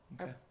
Okay